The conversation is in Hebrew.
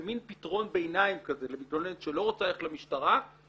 זה מן פתרון ביניים כזה למתלוננת שלא רוצה ללכת למשטרה אבל